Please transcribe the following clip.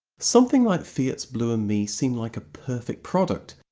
something like fiat's blue and me seemed like a perfect product,